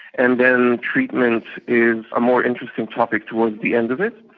and then treatment is a more interesting topic towards the end of it.